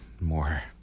more